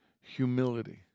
humility